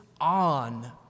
on